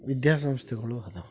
ವಿದ್ಯಾ ಸಂಸ್ಥೆಗಳು ಅದಾವೆ